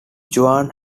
joan